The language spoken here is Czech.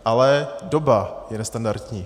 Ale doba je nestandardní.